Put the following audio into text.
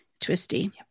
twisty